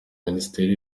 minisiteri